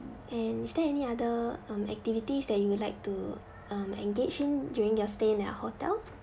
and is there any other um activities that you would like to um engage in during your stay in that hotel